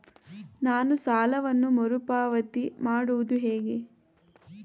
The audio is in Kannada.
ನಾನು ಸಾಲವನ್ನು ಮರುಪಾವತಿ ಮಾಡುವುದು ಹೇಗೆ?